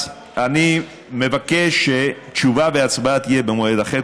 אז אני מבקש שתשובה והצבעה יהיו במועד אחר.